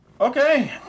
Okay